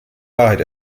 wahrheit